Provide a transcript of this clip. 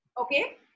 okay